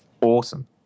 awesome